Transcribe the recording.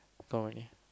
count lah